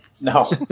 No